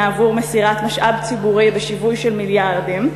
עבור מסירת משאב ציבורי בשווי של מיליארדים?